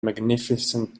magnificent